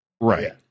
Right